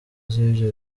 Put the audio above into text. z’ibyo